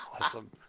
Awesome